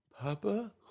Papa